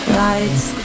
lights